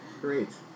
Great